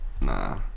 Nah